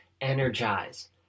Energize